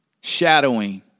shadowing